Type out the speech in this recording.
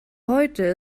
heute